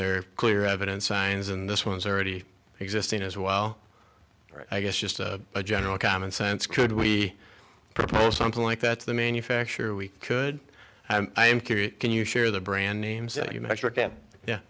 are clear evidence signs and this one's already existing as well i guess just a general common sense could we propose something like that to the manufacturer we could i'm curious can you share the brand names that you mea